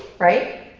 right?